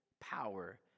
power